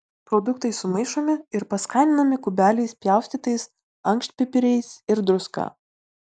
produktai sumaišomi ir paskaninami kubeliais pjaustytais ankštpipiriais ir druska